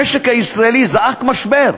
המשק הישראלי זעק: משבר,